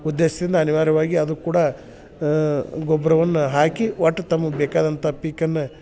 ಉದ್ದೇಶ್ದಿಂದ ಅನಿವಾರ್ಯವಾಗಿ ಅದು ಕೂಡ ಗೊಬ್ಬರವನ್ನ ಹಾಕಿ ಒಟ್ಟು ತಮಗ ಬೇಕಾದಂಥ ಪೀಕನ್ನ